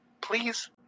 Please